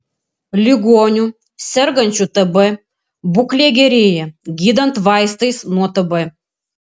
ligonių sergančių tb būklė gerėja gydant vaistais nuo tb